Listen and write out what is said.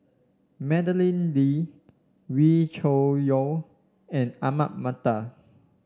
Madeleine Lee Wee Cho Yaw and Ahmad Mattar